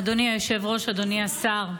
אדוני היושב-ראש, אדוני השר,